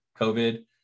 covid